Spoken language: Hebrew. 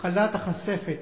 מחלת ה"חשפת".